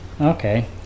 Okay